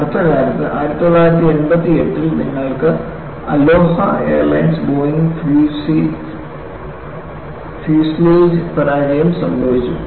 അടുത്തകാലത്ത് 1988 ൽ നിങ്ങൾക്ക് അലോഹ എയർലൈൻസ് ബോയിംഗ് ഫ്യൂസ്ലേജ് പരാജയം സംഭവിച്ചു